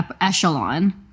echelon